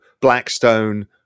Blackstone